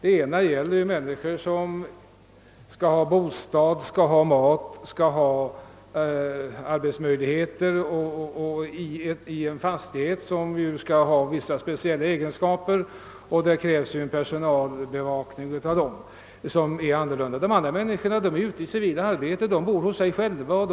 I den ena vårdformen gäller det människor som skall ha bostad, mat och arbetsmöjligheter och som skall bo i en fastighet som har en speciell beskaffenhet och där det sker en personell övervakning av detta annorlunda klientel. Människorna i frivården är ute i vanligt yrkesarbete och bor i egen bostad.